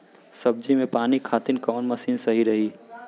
सब्जी में पानी खातिन कवन मशीन सही रही?